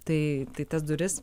tai tai tas duris